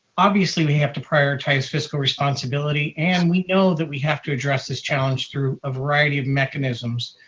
obviously, we have to prioritize fiscal responsibility and we know that we have to address this challenge through a variety of mechanisms.